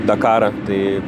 dakarą tai